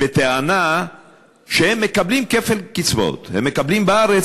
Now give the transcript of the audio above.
בטענה שהם מקבלים כפל קצבאות: הם מקבלים בארץ,